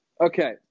Okay